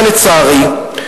אבל לצערי,